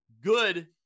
good